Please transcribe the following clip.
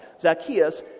Zacchaeus